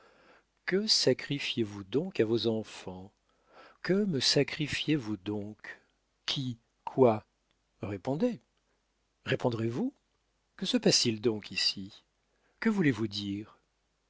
que sacrifiez vous donc à vos enfants que me sacrifiez vous donc qui quoi répondez répondrez-vous que se passe-t-il donc ici que voulez-vous dire